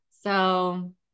so-